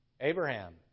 Abraham